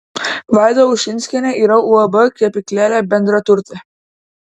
vaida ušinskienė yra uab kepyklėlė bendraturtė